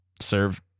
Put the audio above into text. serve